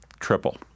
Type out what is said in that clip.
Triple